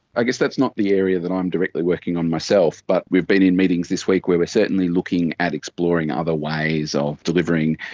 i guess that's not the area that i'm directly working on myself, but we've been in meetings this week where we are certainly looking at exploring other ways of delivering,